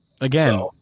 Again